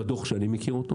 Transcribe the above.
כך בדו"ח שאני מכיר,